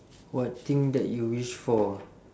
what thing that you wish for ah